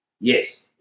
Yes